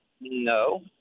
No